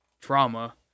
trauma